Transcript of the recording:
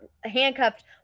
handcuffed